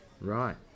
Right